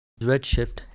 Redshift